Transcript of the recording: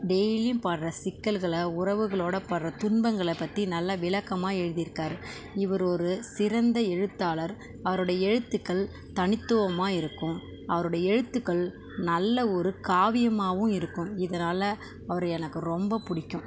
டெய்லியும் படுற சிக்கல்களை உறவுகளோடு படுற துன்பங்களை பற்றி நல்லா விளக்கமாக எழுதியிருக்காரு இவர் ஒரு சிறந்த எழுத்தாளர் அவரோடய எழுத்துக்கள் தனித்துவமாக இருக்கும் அவரோடய எழுத்துக்கள் நல்ல ஒரு காவியமாகவும் இருக்கும் இதனால் அவரை எனக்கு ரொம்ப பிடிக்கும்